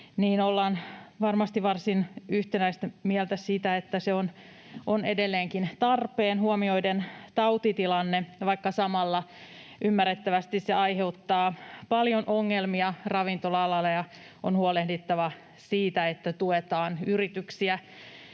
ollaan varmasti varsin yhtenäistä mieltä, että se on edelleenkin tarpeen huomioiden tautitilanne, vaikka samalla ymmärrettävästi se aiheuttaa paljon ongelmia ravintola-alalla ja on huolehdittava siitä, että tuetaan yrityksiä